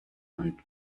und